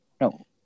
No